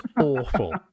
awful